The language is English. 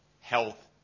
health